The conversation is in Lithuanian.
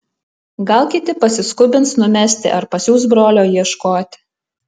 gal kiti pasiskubins numesti ar pasiųs brolio ieškoti